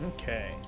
Okay